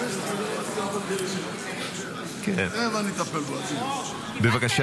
--- דוד, בבקשה.